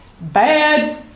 bad